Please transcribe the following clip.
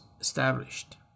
established